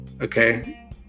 Okay